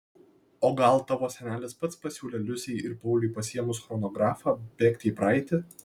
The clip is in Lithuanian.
o gal tavo senelis pats pasiūlė liusei ir pauliui pasiėmus chronografą bėgti į praeitį